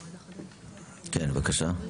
כן, בבקשה.